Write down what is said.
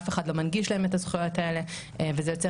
אף אחד לא מנגיש להן את הזכויות האלה וזה יוצר